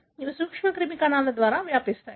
ఇవి సూక్ష్మక్రిమి కణాల ద్వారా వ్యాపిస్తాయి